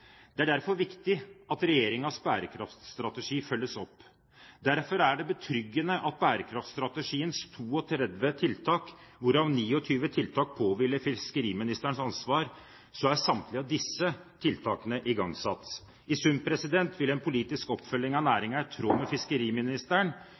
Det er derfor viktig at regjeringens bærekraftstrategi følges opp, og det er betryggende at samtlige av bærekraftstrategiens 32 tiltak, hvorav 29 er fiskeriministerens ansvar, er igangsatt. I sum vil en politisk oppfølging av